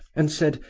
and said,